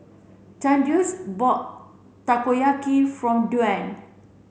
Thaddeus bought Takoyaki from Dwan